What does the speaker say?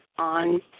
on